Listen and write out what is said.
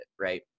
right